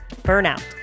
burnout